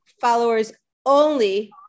followers-only